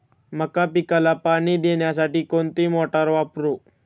मका पिकाला पाणी देण्यासाठी कोणती मोटार वापरू?